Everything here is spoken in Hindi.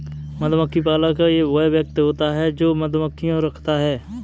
मधुमक्खी पालक वह व्यक्ति होता है जो मधुमक्खियां रखता है